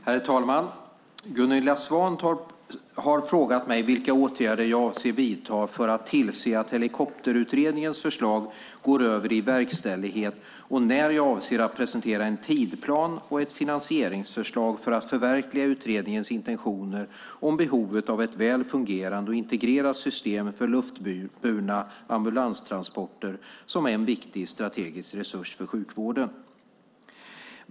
Herr talman! Gunilla Svantorp har frågat mig vilka åtgärder jag avser att vidta för att tillse att Helikopterutredningens förslag går över i verkställighet och när jag avser att presentera en tidsplan och ett finansieringsförslag för att förverkliga utredningens intentioner om behovet av ett väl fungerande och integrerat system för luftburna ambulanstransporter som en viktig strategisk resurs för sjukvården.